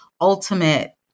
ultimate